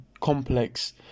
complex